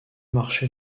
marché